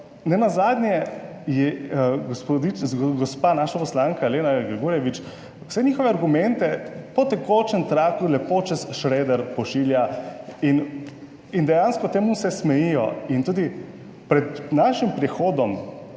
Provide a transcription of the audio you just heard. je gospodi..., gospa naša poslanka Lena Grgurevič vse njihove argumente po tekočem traku lepo čez shredder pošilja. In, in dejansko temu se smejijo. In tudi pred našim prihodom